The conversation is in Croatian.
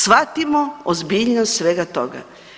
Shvatimo ozbiljnost svega toga.